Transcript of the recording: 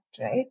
right